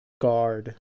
guard